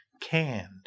canned